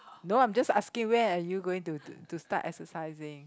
no I'm just asking when are you going to to start exercising